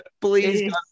Please